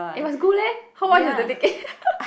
eh must go leh how much is the ticket